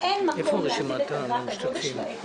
שמשרד יכול לתת שירותים רק בתחום ההתמחות שלו.